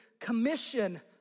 commission